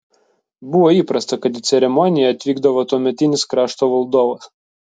buvo įprasta kad į ceremoniją atvykdavo tuometinis krašto valdovas